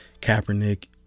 kaepernick